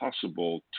possible